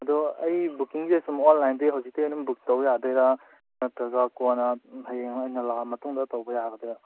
ꯑꯗꯣ ꯑꯩ ꯕꯨꯛꯀꯤꯡꯁꯦ ꯁꯨꯝ ꯑꯣꯟꯂꯥꯏꯟꯗꯒꯤ ꯍꯧꯖꯤꯛꯇꯩ ꯑꯗꯨꯝ ꯕꯨꯛ ꯇꯧ ꯌꯥꯗꯣꯏꯔ ꯅꯠꯇ꯭ꯔꯒ ꯀꯣꯟꯅ ꯍꯌꯦꯡ ꯑꯩꯅ ꯂꯥꯛꯑ ꯃꯇꯨꯡꯗ ꯇꯧꯕ ꯌꯥꯒꯗꯣꯏꯔ